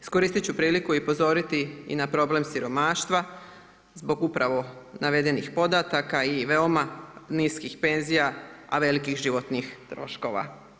Iskoristiti ću priliku i upozoriti i na problem siromaštva zbog upravo navedenih podataka i veoma niskih penzija a velikih životnih troškova.